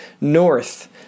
north